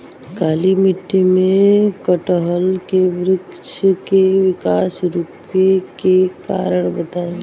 काली मिट्टी में कटहल के बृच्छ के विकास रुके के कारण बताई?